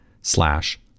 slash